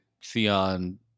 Theon